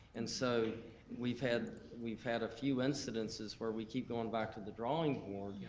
and so we've had we've had a few incidences where we keep going back to the drawing board,